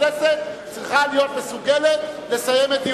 הכנסת צריכה להיות מסוגלת לסיים את דיוניה.